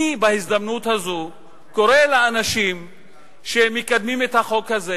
בהזדמנות זו אני קורא לאנשים שמקדמים את החוק הזה